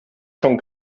schon